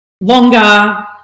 longer